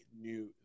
new